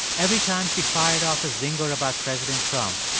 every time she fired off a zinger about president trump,